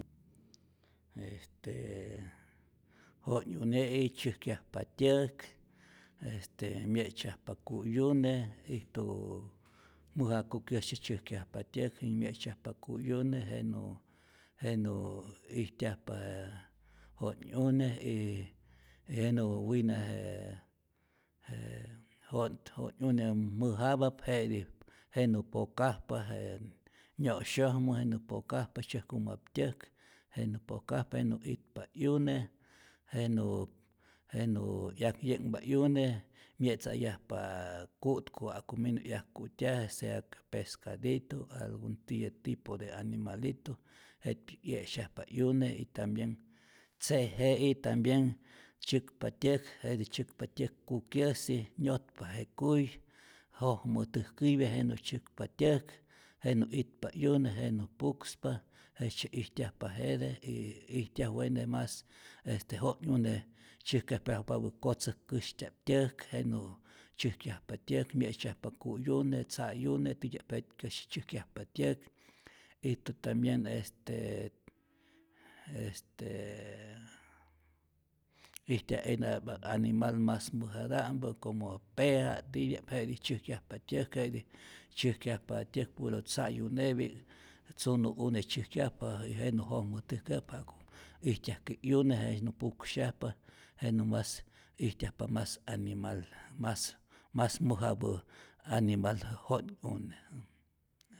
Est jo'nyune'i tzyäjkyajpa tyäk, este mye'tzyajpa ku'yune, ijtu mäja kukyäsyi tzyäjkyajpa tyäk, myetzyajpa ku'yune, jenä jenä ijtyajpa je jo'nyune y jenä wina jee jo'nyune mäjapap je'tij jenä pokajpa je nyo'syojmä, jenä pokajpa tzyäjkumap tyäk jenä pokajpa, jenä itpa 'yune, jenä jenä 'yak ye'nhpa 'yune, mye'tzayajpa ku'tku ja'ku minu 'yak'kutyaje, sea ka pescaditu, algun tiyä tipo de animalitu jet'pi'k 'yesyajpa 'yune y tambien tzeje'i tambien tzyäkpa tyäk, jetij tzyäkpa tyäk kukyäsi, nyotpa je kuy, jojmä täjkäpya, jenä tzyäkpa tyäk, jenä itpa 'yune, jenä pukspa, jejtzye ijtyajpa jete y ijtyaj wene mas este jo'nyune tzyäjkyajtajpapä kotzäjkäsytya'p tyäk, jenä tzyäjkyajpa tyäk, mye'tzyajpa ku'yune, tza'yune, titya'p jetkyäsi tzyäjkyajpa tyäk, ijtu tambien este est ijtyaj'ijna ba animal mas mäjata'mpä como pea titya'p, je'tij tzyäjkyajpa tyäk jetij tzyäjkyajpa tyäk puro tza'yunepi'k, tzunu'une tzyäjkyajpa y jenä jojmä täjkäyajpa ja'ku ijtyajke 'yune, jenä puksyajpa, jenä mas ijtyajpa mas animal mas mas mäjapä animal jo'nyune'.